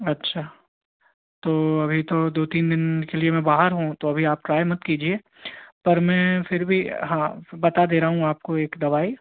अच्छा तो अभी तो दो तीन दिन के लिए मैं बाहर हूँ तो अभी आप ट्राई मत कीजिए पर मैं फिर भी हाँ बता दे रहा हूँ आपको एक दवाई